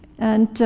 and